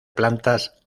plantas